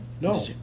No